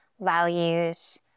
values